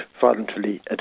voluntarily